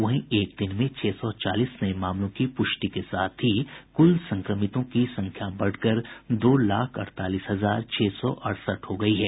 वहीं एक दिन में छह सौ चालीस नये मामलों की पुष्टि के साथ ही कुल संक्रमितों की संख्या बढ़कर दो लाख अड़तालीस हजार छह सौ अड़सठ हो गयी है